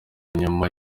nyuma